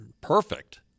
perfect